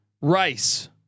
Rice